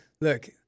look